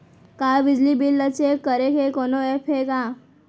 का बिजली बिल ल चेक करे के कोनो ऐप्प हे का?